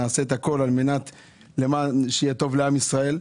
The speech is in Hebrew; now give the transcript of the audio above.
נעשה הכול למען שיהיה טוב לעם ישראל.